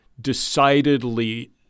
decidedly